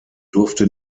durfte